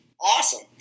awesome